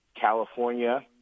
California